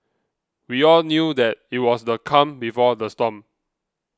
we all knew that it was the calm before the storm